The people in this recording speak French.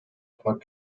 point